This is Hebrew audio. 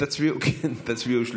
------ תצביעו בקריאה שלישית.